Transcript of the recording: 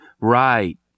Right